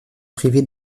privé